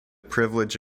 privilege